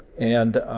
and